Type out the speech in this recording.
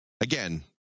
Again